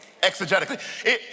exegetically